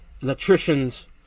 electricians